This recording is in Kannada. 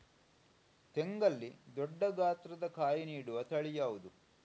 ತೆಂಗಲ್ಲಿ ದೊಡ್ಡ ಗಾತ್ರದ ಕಾಯಿ ನೀಡುವ ತಳಿ ಯಾವುದು?